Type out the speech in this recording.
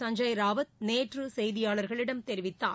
சஞ்சய் ராவத் நேற்று செய்தியாளர்களிடம் தெரிவித்தார்